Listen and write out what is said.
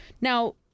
Now